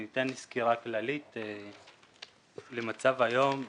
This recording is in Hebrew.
אני אתן סקירה כללית למצב היום.